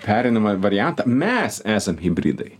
pereinamą variantą mes esam hibridai